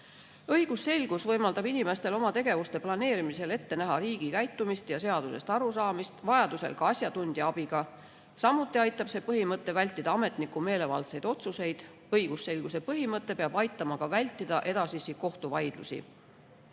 Õigusselgus võimaldab inimestel oma tegevuste planeerimisel ette näha riigi käitumist ja seadusest arusaamist, vajadusel ka asjatundja abiga. Samuti aitab see põhimõte vältida ametniku meelevaldseid otsuseid. Õigusselguse põhimõte peab aitama ka vältida edasisi kohtuvaidlusi.